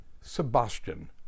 Sebastian